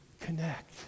connect